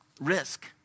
risk